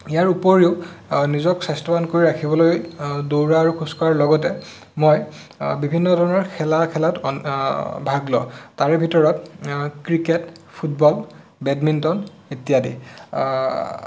ইয়াৰ উপৰিও নিজক স্বাস্থ্যৱান কৰি ৰাখিবলৈ দৌৰা আৰু খোজকঢ়াৰ লগতে মই বিভিন্নধৰণৰ খেলা খেলাত ভাগ লওঁ তাৰে ভিতৰত ক্ৰিকেট ফুটবল বেডমিণ্টন ইত্য়াদি